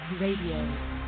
Radio